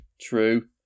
True